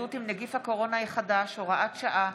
להתמודדות עם נגיף הקורונה החדש (הוראת שעה)